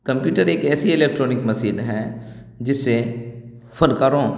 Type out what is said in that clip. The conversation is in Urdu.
کمپیوٹر ایک ایسی الیکٹرانک مسین ہے جسے فنکاروں